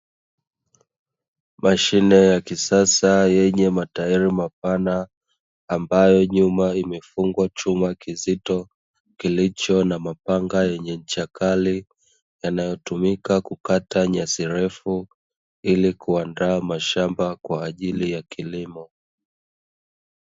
Mashine ya kisasa yenye matairi ya kisasa ambayo nyuma imefungwa chuma kizito, kilicho na mapango yenye incha kali yanayotumika kukata nyasi refu ili kuandaa mashamba kwajili ya kilimo.